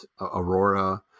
Aurora